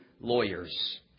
lawyers